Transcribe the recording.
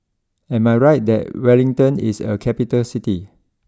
am I right that Wellington is a capital City